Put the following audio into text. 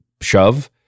shove